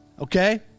Okay